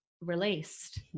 released